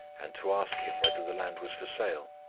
and to ask him, whether the land was for sale.